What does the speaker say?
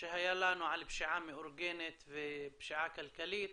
שהיה לנו על פשיעה מאורגנת ופשיעה כלכלית,